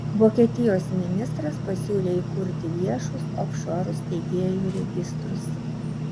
vokietijos ministras pasiūlė įkurti viešus ofšorų steigėjų registrus